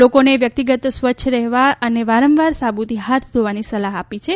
લોકોને વ્યક્તિગત સ્વચ્છ રહેવા અને વારંવાર સાબૂથી હાથ ધોવાની સલાહ આપી છે